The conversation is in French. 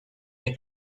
est